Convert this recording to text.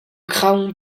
craon